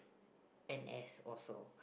N_S also